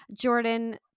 Jordan